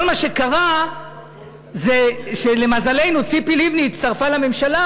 כל מה שקרה זה שלמזלנו ציפי לבני הצטרפה לממשלה,